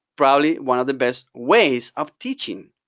probably one of the best ways of teaching.